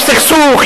יש סכסוך,